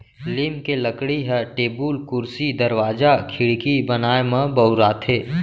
लीम के लकड़ी ह टेबुल, कुरसी, दरवाजा, खिड़की बनाए म बउराथे